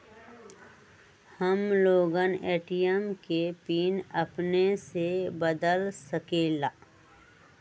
हम लोगन ए.टी.एम के पिन अपने से बदल सकेला?